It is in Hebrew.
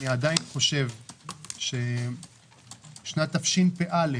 אני עדיין חושב ששנת תשפ"א,